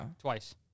twice